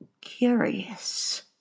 curious